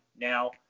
now